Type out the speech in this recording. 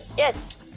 Yes